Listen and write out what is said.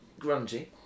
grungy